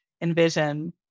envision